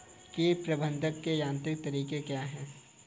कीट प्रबंधक के यांत्रिक तरीके क्या हैं?